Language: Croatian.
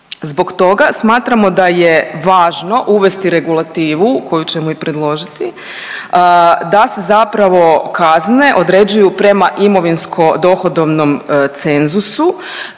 Zbog toga smatramo da je važno uvesti regulativu koju ćemo i predložiti, da se zapravo kazne određuju prema imovinsko dohodovnom cenzusu.